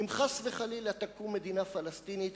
אם חס וחלילה תקום מדינה פלסטינית,